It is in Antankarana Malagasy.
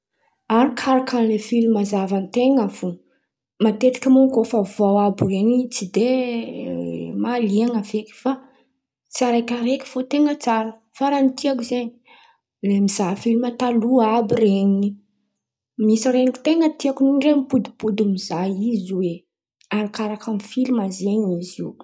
Arakaraka ny filma zahan-ten̈a fo. Matetiky mo koa fa vaovao àby iren̈y tsy de mahalian̈a feky fa tsiraikiaraiky fo ten̈a tsara. Fa raha ny ten̈a tiako zen̈y le mizaha filma taloha àby iren̈y. Misy ren̈iko ten̈a tiako ndray mipodipody mizaha izy oe arakaraka ny filma zen̈y izo.